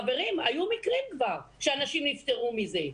חברים, היו מקרים כבר שאנשים נפטרו מזה.